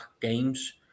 games